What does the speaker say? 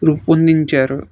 రూపొందించారు